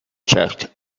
checked